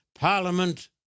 parliament